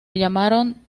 llamaron